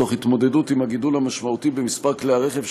תוך התמודדות עם הגידול המשמעותי במספר כלי הרכב,